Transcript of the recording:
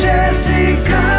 Jessica